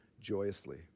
joyously